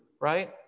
right